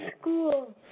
school